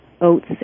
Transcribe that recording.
oats